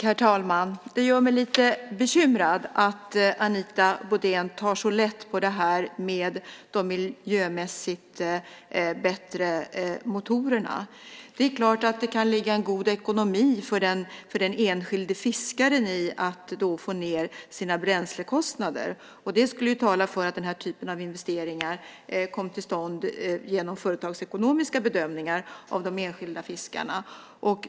Herr talman! Det gör mig lite bekymrad att Anita Brodén tar så lätt på det här med de miljömässigt bättre motorerna. Det är klart att det kan ligga en god ekonomi för den enskilde fiskaren i att få ned sina bränslekostnader. Det skulle då tala för att den här typen av investeringar kommer till stånd genom företagsekonomiska bedömningar av de enskilda fiskarna.